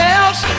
else